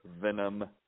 venom